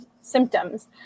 symptoms